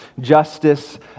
Justice